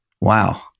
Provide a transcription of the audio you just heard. Wow